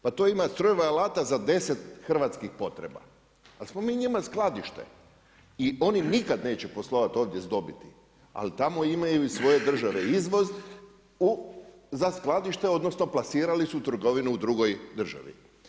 Pa tu ima strojeva i alata za deset hrvatskih potreba, al smo mi njima skladište i oni nikad neće poslovati ovdje s dobiti, ali tamo imaju iz svoje države izvoz za skladište odnosno plasirali su trgovinu u drugoj državi.